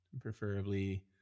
preferably